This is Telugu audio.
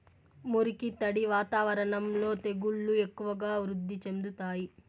మురికి, తడి వాతావరణంలో తెగుళ్లు ఎక్కువగా వృద్ధి చెందుతాయి